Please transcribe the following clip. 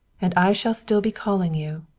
and i shall still be calling you,